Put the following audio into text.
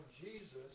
Jesus